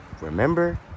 Remember